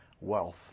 wealth